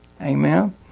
Amen